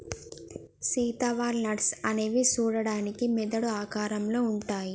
Sita walnuts అనేవి సూడడానికి మెదడు ఆకారంలో ఉంటాయి